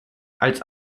als